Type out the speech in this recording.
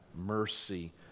mercy